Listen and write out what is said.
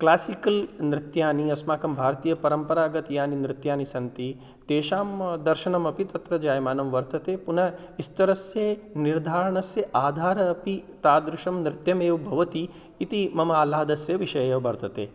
classical नृत्यानि अस्माकं भारतीयपरम्परागतानि यानि नृत्यानि सन्ति तेषां दर्शनम् अपि तत्र जायमानं वर्तते पुनः स्तरस्य निर्धारणस्य आधारः अपि तादृशं नृत्यम् एव भवति इति मम आह्लादस्य विषयः वर्तते